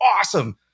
awesome